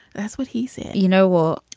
that's what he said you know, well,